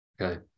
Okay